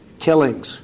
killings